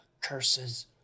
curses